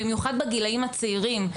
במיוחד בגילאים הצעירים,